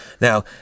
Now